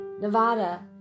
nevada